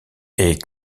est